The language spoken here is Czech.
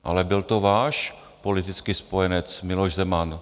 Ale byl to váš politický spojenec Miloš Zeman.